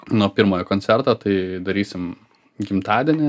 nuo pirmojo koncerto tai darysim gimtadienį